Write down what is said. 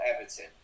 Everton